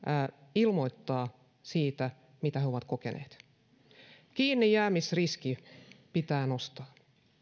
ilmoittaa siitä mitä he ovat kokeneet kiinnijäämisriskiä pitää nostaa